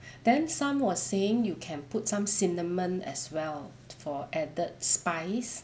then some was saying you can put some cinnamon as well for added spice